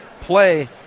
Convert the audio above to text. play